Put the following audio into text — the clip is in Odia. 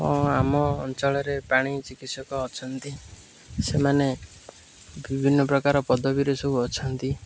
ହଁ ଆମ ଅଞ୍ଚଳରେ ପାଣି ଚିକିତ୍ସକ ଅଛନ୍ତି ସେମାନେ ବିଭିନ୍ନ ପ୍ରକାର ପଦବୀରେ ସବୁ ଅଛନ୍ତି